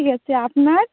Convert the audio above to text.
কী আছে আপনার